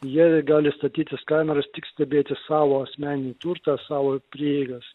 jie gali statytis kameras tik stebėti savo asmeninį turtą savo prieigas